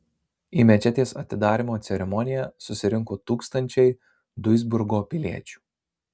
į mečetės atidarymo ceremoniją susirinko tūkstančiai duisburgo piliečių